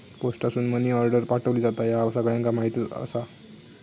पोस्टासून money order पाठवली जाता, ह्या सगळ्यांका माहीतच आसा